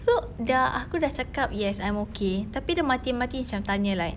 so sudah aku sudah cakap yes I'm okay tapi dia mati-mati macam tanya like